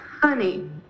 Honey